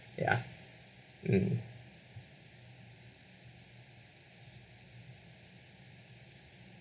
ya um